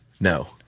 No